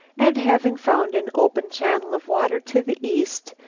and having found an open channel of water to the east,